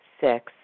Six